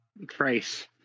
trace